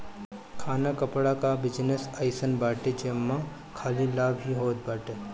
खाना कपड़ा कअ बिजनेस अइसन बाटे जेमे खाली लाभ ही होत बाटे